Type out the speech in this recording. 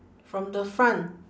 from the front